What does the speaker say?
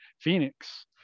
Phoenix